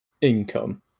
income